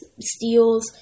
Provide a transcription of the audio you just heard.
steals